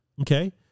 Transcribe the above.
Okay